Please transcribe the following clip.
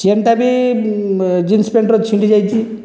ଚେନ୍ଟା ବି ଜିନ୍ସ ପ୍ୟାଣ୍ଟର ଛିଣ୍ଡିଯାଇଛି